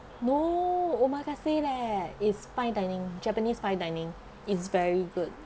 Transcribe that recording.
no omakase leh is fine dining japanese fine dining it's very good